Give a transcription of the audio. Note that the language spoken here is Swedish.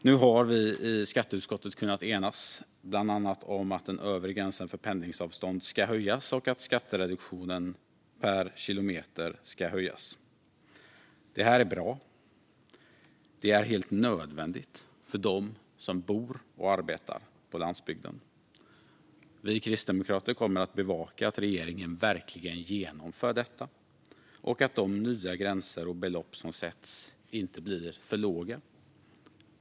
Nu har vi i skatteutskottet kunnat enas bland annat om att den övre gränsen för pendlingsavstånd ska höjas och att skattereduktionen per kilometer ska höjas. Det här är bra. Det är helt nödvändigt för dem som bor och arbetar på landsbygden. Vi kristdemokrater kommer att bevaka att regeringen verkligen genomför detta och att de nya gränser och belopp som sätts inte blir för låga.